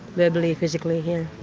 verbally, physically, yeah.